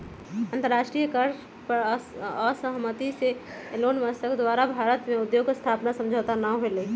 अंतरराष्ट्रीय कर पर असहमति से एलोनमस्क द्वारा भारत में उद्योग स्थापना समझौता न होलय